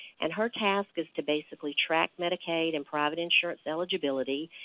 and her task is to basically track medicaid and private insurance eligibility,